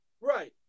Right